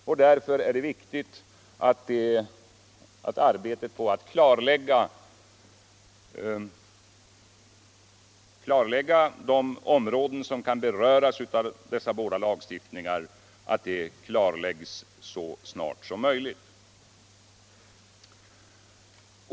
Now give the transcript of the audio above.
Det är därför viktigt att arbetet med att klarlägga de områden som kan beröras av dessa båda lagstiftningar slutförs så snart som möjligt.